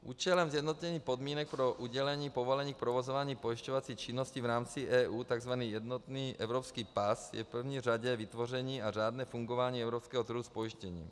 Účelem sjednocení podmínek pro udělení povolení k provozování pojišťovací činnosti v rámci EU, tzv. jednotný evropský pas, je v první řadě vytvoření a řádné fungování evropského trhu s pojištěním.